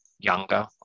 Younger